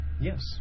Yes